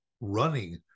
running